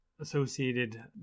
associated